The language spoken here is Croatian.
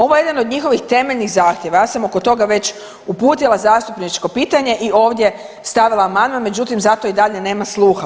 Ovo je jedan od njihovih temeljnih zahtjeva, ja sam oko toga već uputila zastupničko pitanje i ovdje stavila amandman, međutim za to i dalje nema sluha.